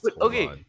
Okay